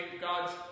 God's